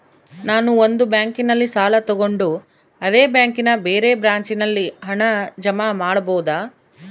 ನಾನು ಒಂದು ಬ್ಯಾಂಕಿನಲ್ಲಿ ಸಾಲ ತಗೊಂಡು ಅದೇ ಬ್ಯಾಂಕಿನ ಬೇರೆ ಬ್ರಾಂಚಿನಲ್ಲಿ ಹಣ ಜಮಾ ಮಾಡಬೋದ?